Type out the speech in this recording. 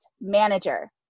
manager